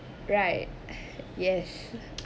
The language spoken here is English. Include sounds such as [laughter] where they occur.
right [breath] yes [noise]